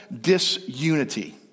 disunity